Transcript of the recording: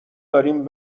داریم